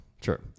Sure